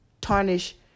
tarnish